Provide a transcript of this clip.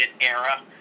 era